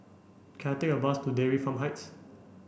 can I take a bus to Dairy Farm Heights